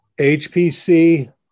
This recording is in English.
HPC